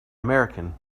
american